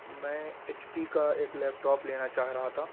میں ایچ پی کا ایک لیپٹاپ لینا چاہ رہا تھا